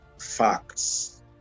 facts